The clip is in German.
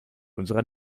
unserer